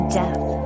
death